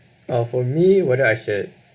uh for me whether I should